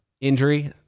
injury